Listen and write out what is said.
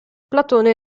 platone